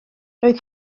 roedd